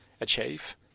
achieve